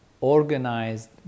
organized